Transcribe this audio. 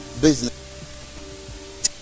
business